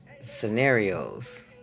scenarios